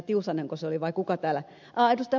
tiusanenko se oli vai kuka täällä ed